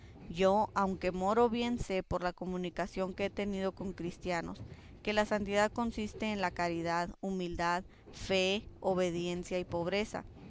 yo aunque moro bien sé por la comunicación que he tenido con cristianos que la santidad consiste en la caridad humildad fee obediencia y pobreza